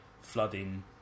flooding